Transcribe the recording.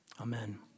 Amen